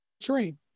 dream